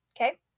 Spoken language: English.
Okay